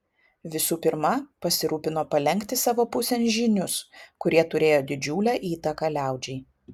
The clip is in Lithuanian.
visų pirma pasirūpino palenkti savo pusėn žynius kurie turėjo didžiulę įtaką liaudžiai